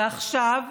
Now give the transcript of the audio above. ועכשיו,